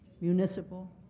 municipal